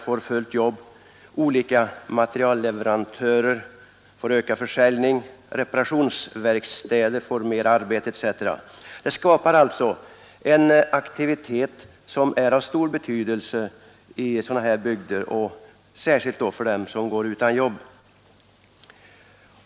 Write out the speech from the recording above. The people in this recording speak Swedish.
får fullt jobb, olika materialleverantörer får ökad försäljning, reparationsverkstäder får mera arbete osv. Det skapar alltså en aktivitet som är av stor betydelse i sådana här bygder och särskilt naturligtvis för dem som går utan jobb.